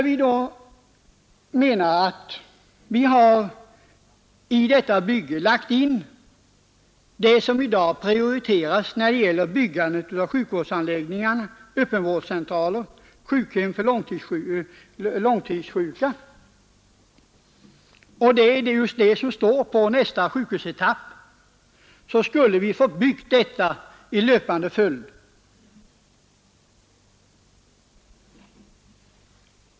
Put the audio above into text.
Vi har i detta bygge lagt in det som i dag prioriteras när det gäller byggandet av sjukvårdsanläggningar — öppenvårdscentraler och sjukhem för långtidssjuka. Det är just det som står på nästa sjukhusetapp, och då borde vi ha fått bygga detta i löpande följd.